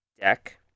deck